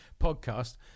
podcast